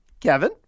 Kevin